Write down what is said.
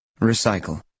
Recycle